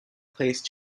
place